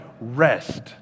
rest